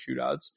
shootouts